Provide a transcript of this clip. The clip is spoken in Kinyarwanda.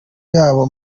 yabo